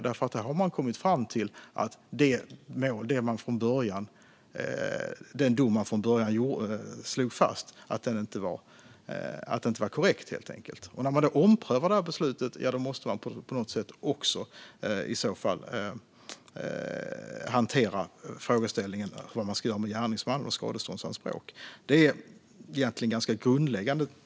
Det tycker jag nog eftersom den ursprungliga domen inte var korrekt. När beslutet omprövas måste också frågeställningen om gärningsmannens skadeståndsanspråk hanteras. Det är grundläggande.